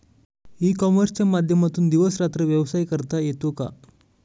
E कॉमर्सच्या माध्यमातून दिवस रात्र व्यवसाय करता येतो का?